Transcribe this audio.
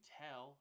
tell